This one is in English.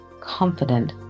Confident